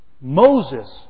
Moses